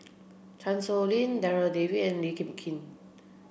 Chan Sow Lin Darryl David and Lee Kip Lin